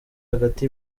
hagati